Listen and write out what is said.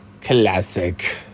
Classic